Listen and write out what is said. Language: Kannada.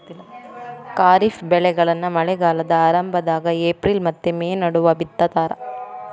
ಖಾರಿಫ್ ಬೆಳೆಗಳನ್ನ ಮಳೆಗಾಲದ ಆರಂಭದಾಗ ಏಪ್ರಿಲ್ ಮತ್ತ ಮೇ ನಡುವ ಬಿತ್ತತಾರ